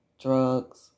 drugs